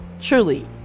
truly